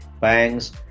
banks